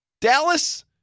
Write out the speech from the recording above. Dallas